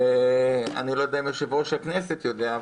ואני לא יודע אם יושב-ראש הכנסת יודע,